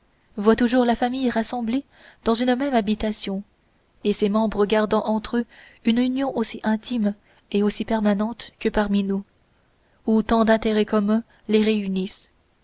voient toujours la famille rassemblée dans une même habitation et ses membres gardant entre eux une union aussi intime et aussi permanente que parmi nous où tant d'intérêts communs les réunissent